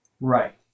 Right